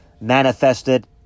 manifested